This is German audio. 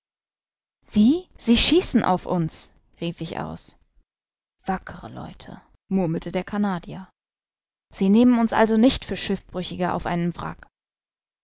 wie sie schießen auf uns rief ich aus wackere leute murmelte der canadier sie nehmen uns also nicht für schiffbrüchige auf einem